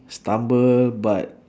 stumble but